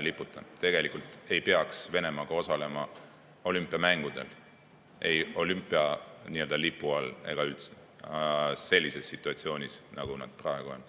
liputa. Tegelikult ei peaks Venemaa osalema olümpiamängudel, ei olümpia nii-öelda lipu all ega üldse sellises situatsioonis, nagu nad praegu on.